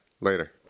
later